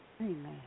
Amen